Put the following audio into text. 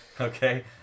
okay